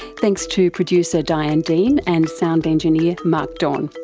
thanks to producer diane dean and sound engineer mark don.